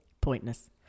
Pointless